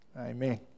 Amen